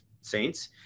saints